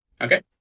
Okay